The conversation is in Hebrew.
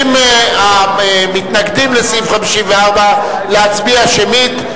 המתנגדים לסעיף 54 מבקשים להצביע שמית,